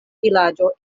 vilaĝo